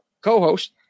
co-host